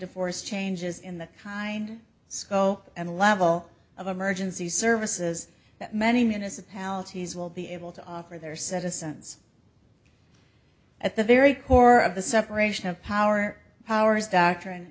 force changes in the kind scope and level of emergency services that many municipalities will be able to offer their citizens at the very core of the separation of power powers doctrine